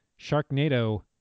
Sharknado